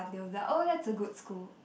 they will be like oh that's a good school